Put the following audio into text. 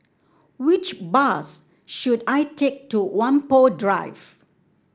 which bus should I take to Whampoa Drive